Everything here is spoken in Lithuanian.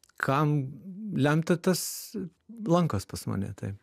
kam lemta tas lankos pas mane taip